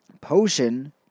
potion